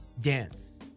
dance